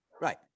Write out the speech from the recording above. Right